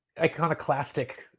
Iconoclastic